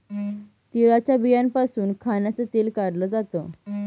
तिळाच्या बियांपासून खाण्याचं तेल काढल जात